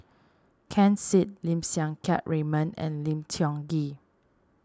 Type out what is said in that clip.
Ken Seet Lim Siang Keat Raymond and Lim Tiong Ghee